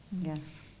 yes